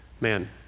man